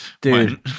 dude